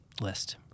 list